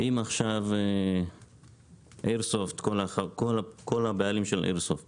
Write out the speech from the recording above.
אם עכשיו כל הבעלים ש איירסופט